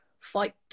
fight